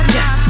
Yes